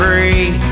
Free